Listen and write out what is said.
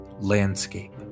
landscape